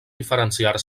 diferenciar